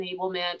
enablement